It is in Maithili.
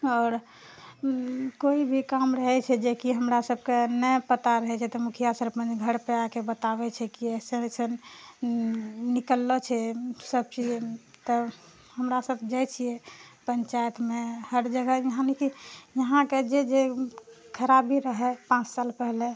आओर कोई भी काम रहै छै जेकि हमरा सबके नहि पता रहै छै तऽ मुखिया सरपञ्च घरपर आके बताबै छै की एसन एसन निकललौं छै सब चीज तऽ हमरा सब जाइ छियै पञ्चायतमे हर जगह यहाँ के जे जे खराबी रहै पाँच साल पहिले